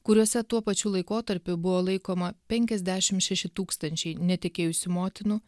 kuriuose tuo pačiu laikotarpiu buvo laikoma penkiasdešim šeši tūkstančiai netekėjusių motinų